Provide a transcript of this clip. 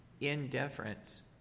indifference